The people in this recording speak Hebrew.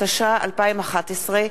התשע"א 2011,